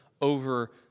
over